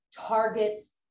targets